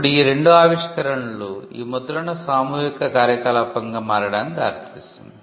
ఇప్పుడు ఈ రెండు ఆవిష్కరణలు ఈ ముద్రణ సామూహిక కార్యకలాపంగా మారడానికి దారితీసింది